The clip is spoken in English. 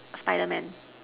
spider man